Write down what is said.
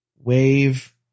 Wave